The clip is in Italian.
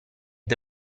the